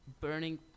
burning